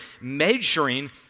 measuring